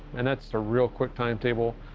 and that's a real quick timetable.